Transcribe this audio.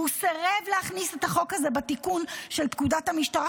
והוא סירב להכניס את החוק הזה בתיקון של פקודת המשטרה,